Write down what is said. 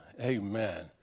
amen